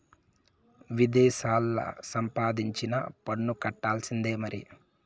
విదేశాల్లా సంపాదించినా పన్ను కట్టాల్సిందే మరి